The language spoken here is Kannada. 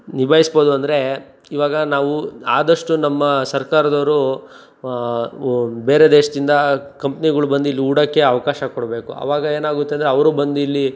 ನಿಭಾಯಿಸ್ಬೋದು ಅಂದರೆ ಇವಾಗ ನಾವು ಆದಷ್ಟು ನಮ್ಮ ಸರ್ಕಾರದವರು ಬೇರೆ ದೇಶದಿಂದ ಕಂಪ್ನಿಗಳ್ ಬಂದಿಲ್ಲಿ ಹೂಡಕ್ಕೆ ಅವಕಾಶ ಕೊಡಬೇಕು ಆವಾಗ ಏನಾಗುತ್ತೆ ಅಂದರೆ ಅವರು ಬಂದಿಲ್ಲಿ